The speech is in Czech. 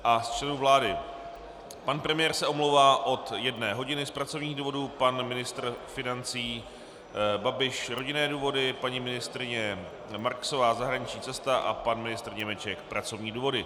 Z členů vlády: pan premiér se omlouvá od 13 hodin z pracovních důvodů, pan ministr financí Babiš rodinné důvody, paní ministryně Marksová zahraniční cesta a pan ministr Němeček pracovní důvody.